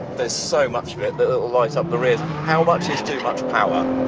there's so much of it that it'll light up the rears. how much is too much power?